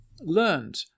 learned